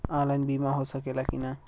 Online बीमा हो सकेला की ना?